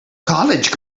college